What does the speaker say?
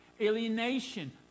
Alienation